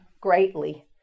greatly